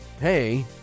hey